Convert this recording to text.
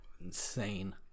Insane